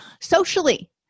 Socially